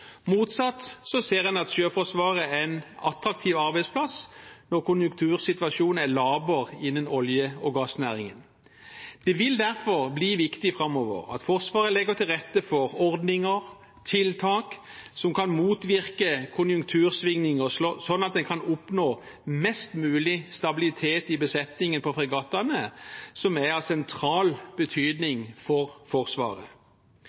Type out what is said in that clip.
Motsatt ser en at Sjøforsvaret er en attraktiv arbeidsplass, og konjunktursituasjonen er laber innen olje- og gassnæringen. Det vil derfor bli viktig framover at Forsvaret legger til rette for ordninger, tiltak, som kan motvirke konjunktursvingninger, slik at en kan oppnå mest mulig stabilitet i besetningen på fregattene, som er av sentral betydning for Forsvaret.